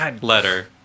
letter